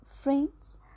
friends